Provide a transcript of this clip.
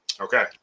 Okay